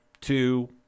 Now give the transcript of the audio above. two